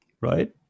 right